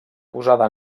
posada